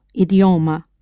idioma